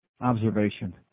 observation